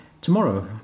tomorrow